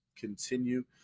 continue